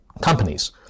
companies